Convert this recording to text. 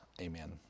Amen